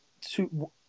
two